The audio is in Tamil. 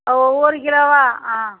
ஒவ்வொரு கிலோவா ஆ